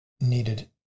needed